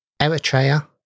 Eritrea